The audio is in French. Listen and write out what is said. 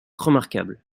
remarquable